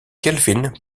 kelvin